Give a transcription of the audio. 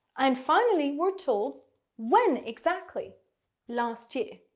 um finally, were told when exactly last year.